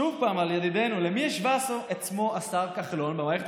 שוב פעם על ידידנו: למי השווה עצמו השר כחלון במערכת